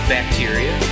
Bacteria